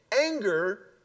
Anger